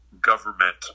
government